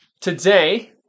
Today